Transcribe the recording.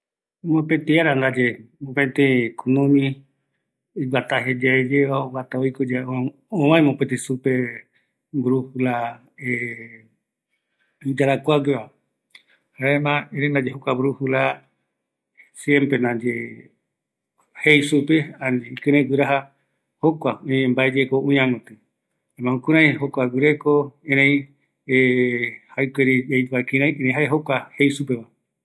Mopëtï ara ndaye mopëtï kunumi öväe brujula imbaepuereyaeva, kua oesauka supe ketɨ oime öi mbaeyekourenda va, jaëma jokotɨ ïkïreï guiraja oesauka vaera supe